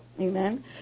Amen